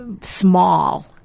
small